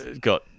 got